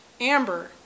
Amber